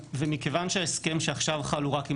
מכיוון שההסכם שעכשיו חל הוא רק עם